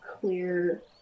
clear